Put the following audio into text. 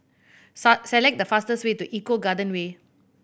select the fastest way to Eco Garden Way